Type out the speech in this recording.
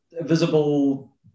visible